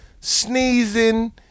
sneezing